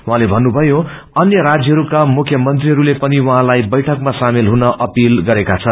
उहँले भन्नुभयो अन्य राजयहरूका मुख्यमन्त्रीहरूले पनि उहाँलाई बैठकमा सामेल हुन अपिल गरेका छन्